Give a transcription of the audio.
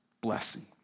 blessing